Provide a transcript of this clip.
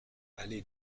allée